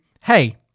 hey